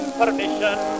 permission